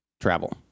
travel